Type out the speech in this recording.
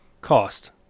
cost